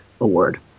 award